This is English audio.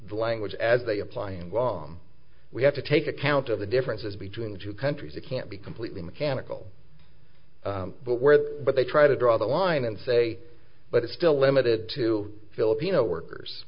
language as they apply in guam we have to take account of the differences between the two countries it can't be completely mechanical but where but they try to draw the line and say but it's still limited to filipino workers